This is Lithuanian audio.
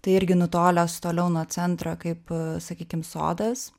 tai irgi nutolęs toliau nuo centro kaip sakykim sodas